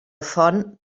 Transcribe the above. font